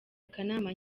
akanama